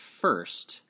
first